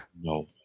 No